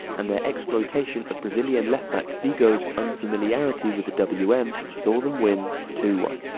and their exploitation of brazilian left-back bigode's unfamiliarity with the w m saw them win two one.